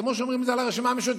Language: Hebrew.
כמו שאומרים את זה על הרשימה המשותפת.